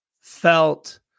felt